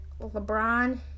LeBron